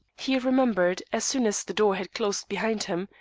he remembered, as soon as the door had closed behind him,